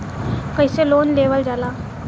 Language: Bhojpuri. कैसे लोन लेवल जाला?